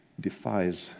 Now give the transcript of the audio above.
defies